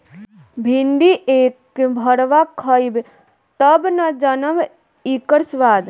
भिन्डी एक भरवा खइब तब न जनबअ इकर स्वाद